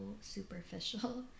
superficial